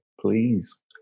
please